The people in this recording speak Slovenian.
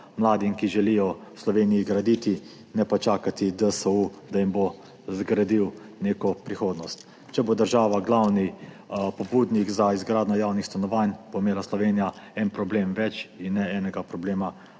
mladim, ki želijo v Sloveniji graditi, ne pa čakati, da jim bo DSU zgradil neko prihodnost. Če bo država glavni pobudnik za izgradnjo javnih stanovanj, bo imela Slovenija en problem več in ne enega problema